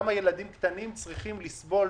למה ילדים קטנים צריכים לסבול,